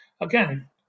Again